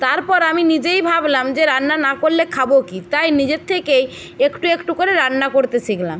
তারপর আমি নিজেই ভাবলাম যে রান্না না করলে খাব কি তাই নিজের থেকেই একটু একটু করে রান্না করতে শিখলাম